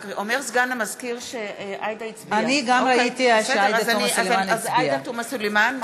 אני גם ראיתי שעאידה תומא סלימאן הצביעה.